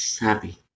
happy